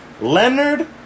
Leonard